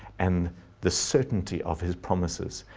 and the certainty of his promises,